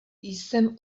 jsem